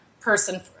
person